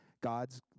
God's